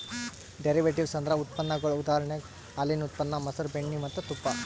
derivatives ಅಂದ್ರ ಉತ್ಪನ್ನಗೊಳ್ ಉದಾಹರಣೆಗ್ ಹಾಲಿನ್ ಉತ್ಪನ್ನ ಮಸರ್, ಬೆಣ್ಣಿ ಮತ್ತ್ ತುಪ್ಪ